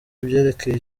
ibyerekeye